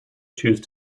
choose